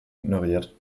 ignoriert